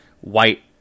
White